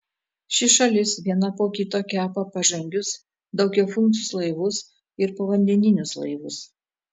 ši šalis vieną po kito kepa pažangius daugiafunkcius laivus ir povandeninius laivus